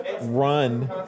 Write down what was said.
run